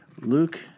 Luke